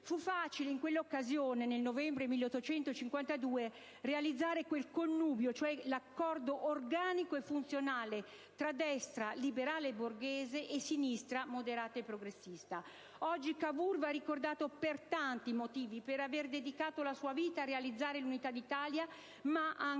Fu facile, in quella occasione, era il novembre del 1852, realizzare quel "connubio", cioè l'accordo organico e funzionale tra destra, liberale e borghese, e sinistra, moderata e progressista. Oggi Cavour va ricordato per tanti motivi, per aver dedicato la sua vita a realizzare l'Unità d'Italia, ma